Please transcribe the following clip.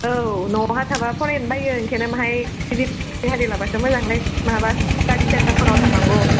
औ न'आवहा थाब्ला फरायनो बायो ओंखायनो माहाय देहानि माबाखो मोजांलै माहाबा स्टाडि सेन्टारफोराव थांनांगौ